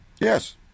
Yes